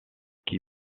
qui